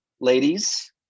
Ladies